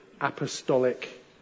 apostolic